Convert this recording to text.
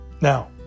Now